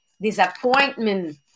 disappointment